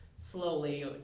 slowly